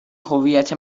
هویت